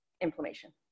inflammation